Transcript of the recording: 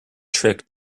trick